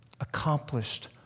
accomplished